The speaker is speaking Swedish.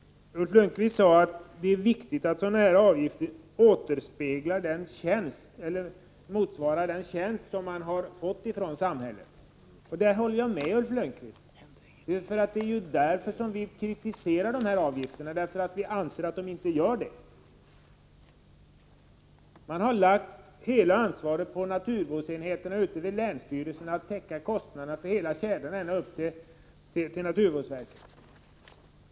Ulf Lönnqvist sade att det är viktigt att sådana här avgifter motsvarar den tjänst man får från samhället. På den punkten håller jag med honom. Vi kritiserar ju dessa avgifter därför att vi anser att de inte gör det. Man har lagt hela ansvaret på naturvårdsenheterna ute på länsstyrelserna för att täcka kostnaderna för hela kedjan, ända upp till naturvårdsverket.